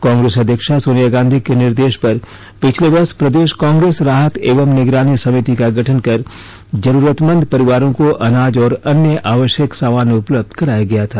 कांग्रेस अध्यक्षा सोनिया गांधी के निर्देश पर पिछले वर्ष प्रदेश कांग्रेस ेराहत एवं निगरानी समिति का गठन कर जरूरतमंद परिवारों को अनाज और अन्य आवश्यक सामान उपलब्ध कराया गया था